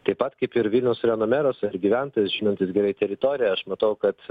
taip pat kaip ir vilniaus rajono meras ar gyventojas žinantis gerai teritoriją aš matau kad